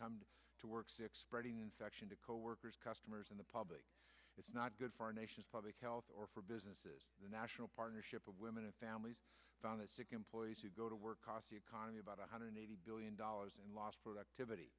come to work sick spreading infection to coworkers customers in the public is not good for our nation's public health or for businesses the national partnership of women and families found that sick employees who go to work cost the economy about one hundred eighty billion dollars in lost productivity